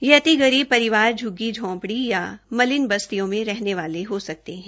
ये अति गरीब परिवार झ्ग्गी झोपड़ी या मलिन बस्तियों में रहने वाले हो सकते है